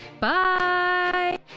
Bye